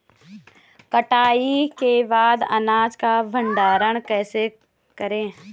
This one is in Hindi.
कटाई के बाद अनाज का भंडारण कैसे करें?